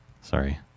Sorry